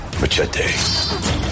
Machete